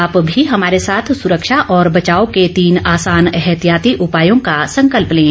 आप भी हमारे साथ सुरक्षा और बचाव के तीन आसान एहतियाती उपायों का संकल्प लें